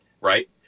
right